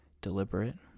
deliberate